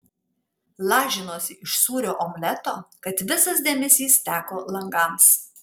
lažinuosi iš sūrio omleto kad visas dėmesys teko langams